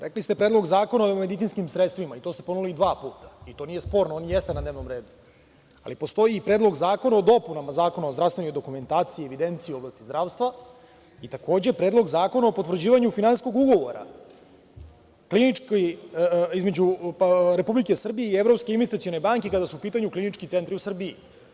Rekli ste Predlog zakona o medicinskim sredstvima, to nije sporno, on jeste na dnevnom redu, ali postoji i Predlog zakona o dopunama Zakona o zdravstvenoj dokumentaciji i evidenciji u oblasti zdravstva i takođe, Predlog zakona o potvrđivanju finansijskog ugovora između Republike Srbije i Evropske investicione banke, kada su u pitanju klinički centri u Srbiji.